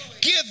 give